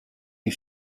you